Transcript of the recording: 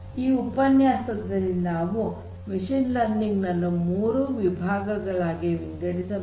ಈ ಉಪನ್ಯಾಸದಲ್ಲಿ ನಾವು ಮಷೀನ್ ಲರ್ನಿಂಗ್ ನನ್ನು ಮೂರು ವಿಭಾಗಗಳಾಗಿ ವಿಂಗಡಿಸಬಹುದು